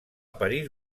parís